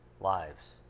lives